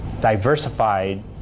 diversified